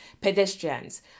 pedestrians